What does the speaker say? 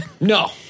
No